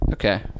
Okay